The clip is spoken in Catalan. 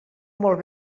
molt